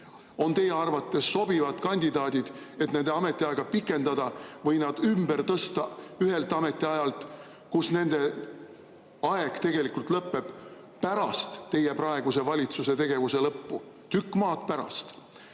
on teie arvates sobivad kandidaadid, et nende ametiaega pikendada või nad ümber tõsta ühelt ametikohalt, kus nende aeg lõpeb pärast teie praeguse valitsuse tegevuse lõppu, tükk maad pärast